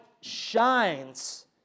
shines